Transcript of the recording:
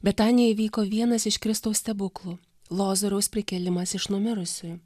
betanijoj įvyko vienas iš kristaus stebuklų lozoriaus prikėlimas iš numirusiųjų